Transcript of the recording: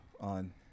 on